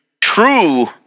true